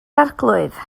arglwydd